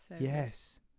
Yes